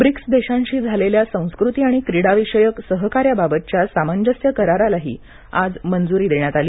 BRICS देशांशी झालेल्या संस्कृती आणि क्रीडा विषयक सहकार्याबाबतच्या सामंजस्य करारालाही आज मंजुरी देण्यात आली